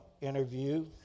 interview